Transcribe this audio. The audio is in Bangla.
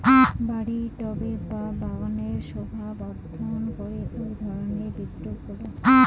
বাড়ির টবে বা বাগানের শোভাবর্ধন করে এই ধরণের বিরুৎগুলো